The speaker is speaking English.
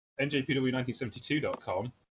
NJPW1972.com